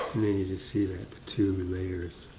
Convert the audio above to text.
see that the two layers,